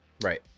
right